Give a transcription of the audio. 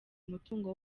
umutungo